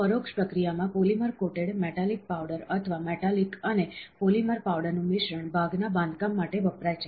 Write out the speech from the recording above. પરોક્ષ પ્રક્રિયામાં polymer coated metallic powder અથવા મેટાલિક અને પોલિમર પાવડર નું મિશ્રણ ભાગ ના બાંધકામ માટે વપરાય છે